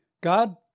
God